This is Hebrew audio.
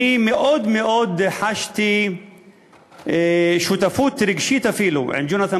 אני מאוד מאוד חשתי שותפות רגשית אפילו עם ג'ונתן